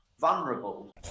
vulnerable